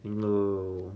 赢 lor